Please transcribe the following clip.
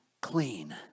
clean